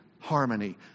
Harmony